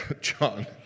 John